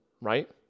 right